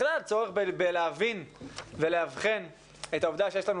בכלל צורך להבין ולאבחן את העובדה שיש לנו